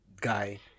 guy